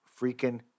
freaking